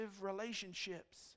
relationships